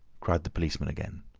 cried the policeman again.